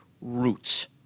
roots